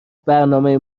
برنامه